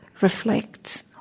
reflect